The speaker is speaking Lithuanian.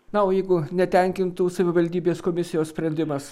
na jeigu netenkintų savivaldybės komisijos sprendimas